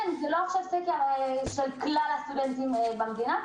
כן ממש, זה לא סקר של כלל הסטודנטים במדינה.